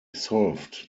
solved